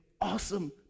awesome